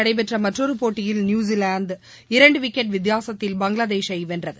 நடைபெற்றமற்றொருபோட்டியில் New Zealand லண்டனில் வித்தியாசத்தில் பங்களாதேசைவென்றது